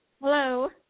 Hello